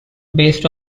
based